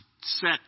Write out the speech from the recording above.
set